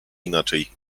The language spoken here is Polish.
inaczej